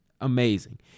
amazing